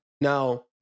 Now